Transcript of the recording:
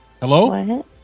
Hello